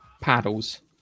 paddles